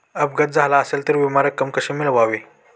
अपघात झाला असेल तर विमा रक्कम कशी मिळवावी?